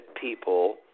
people